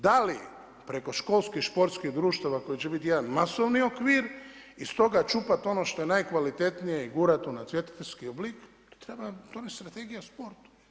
Da li preko školskih športskih društava koji će biti jedan masovni okvir i iz toga čupati ono što je najkvalitetnije i gurati u natjecateljski oblik, to treba donijeti Strategija o sportu.